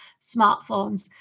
smartphones